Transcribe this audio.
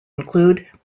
include